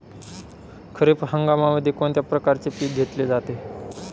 खरीप हंगामामध्ये कोणत्या प्रकारचे पीक घेतले जाते?